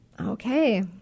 okay